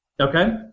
Okay